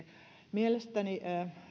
mielestäni